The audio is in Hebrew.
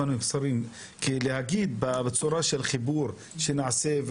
להגיד בצורה של חיבור שנעשה,